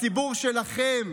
הציבור שלכם